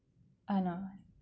I know